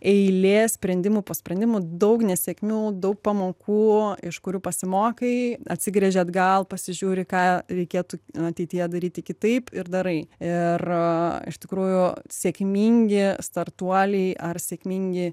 eilė sprendimų po sprendimų daug nesėkmių daug pamokų iš kurių pasimokai atsigręži atgal pasižiūri ką reikėtų ateityje daryti kitaip ir darai ir iš tikrųjų sėkmingi startuoliai ar sėkmingi